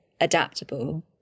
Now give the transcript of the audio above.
adaptable